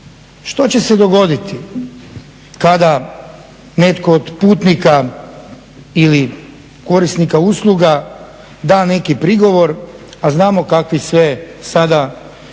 što će se dogoditi kada netko od putnika ili korisnika usluga da neki prigovor, a znamo kakvi sve sada kolaju